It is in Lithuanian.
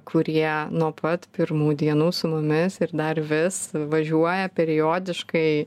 kurie nuo pat pirmų dienų su mumis ir dar vis važiuoja periodiškai